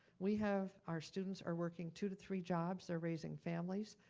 we have, our students are working two to three jobs, are raising families,